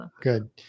good